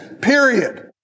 period